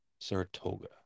Saratoga